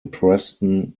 preston